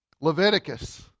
Leviticus